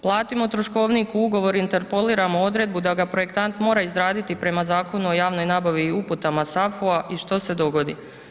Platimo troškovnik u ugovoru interpoliramo odredbu da ga projektant mora izraditi prema Zakonu o javnoj nabavi i uputama SAFU-a i što se dogodi.